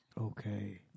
Okay